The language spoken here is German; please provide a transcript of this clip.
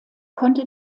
konnte